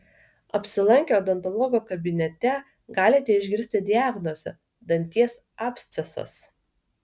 apsilankę odontologo kabinete galite išgirsti diagnozę danties abscesas